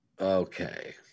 Okay